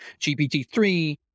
GPT-3